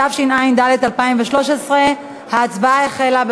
התשע"ד 2013. ההצבעה החלה.